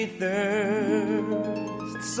thirst